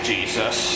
Jesus